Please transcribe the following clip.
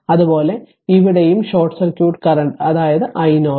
അതുപോലെ ഇവിടെയും short circuit current അതായത് r iNorton